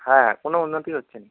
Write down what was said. হ্যাঁ কোনো উন্নতি হচ্ছে না